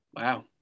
Wow